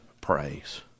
praise